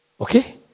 Okay